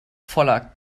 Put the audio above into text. voller